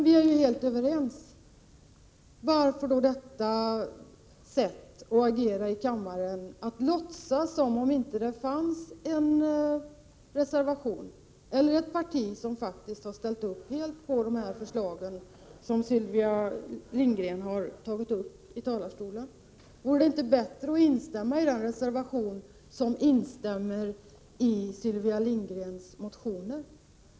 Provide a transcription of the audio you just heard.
Vi är ju helt överens, Sylvia Lindgren — varför då detta sätt att agera i kammaren, att låtsas som om det inte finns en reservation eller ett parti som faktiskt helt har ställt sig bakom de förslag som Sylvia Lindgren tagit upp i talarstolen? Vore det inte bättre att instämma i den reservation som instämmer i Sylvia Lindgrens motioner?